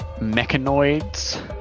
mechanoids